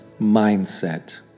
mindset